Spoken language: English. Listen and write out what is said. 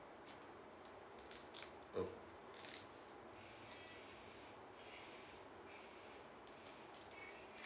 oh